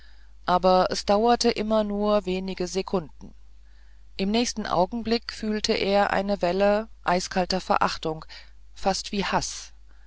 aber es dauerte immer nur wenige sekunden im nächsten augenblick fühlte er eine welle eiskalter verachtung fast wie haß